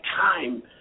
time